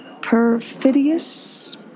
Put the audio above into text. perfidious